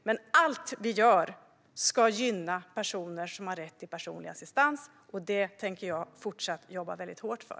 Men allt vi gör ska gynna personer som har rätt till personlig assistans. Det tänker jag fortsätta att jobba hårt för.